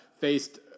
faced